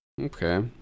Okay